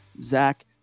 Zach